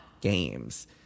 games